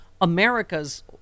America's